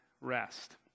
rest